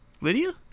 Lydia